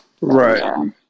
Right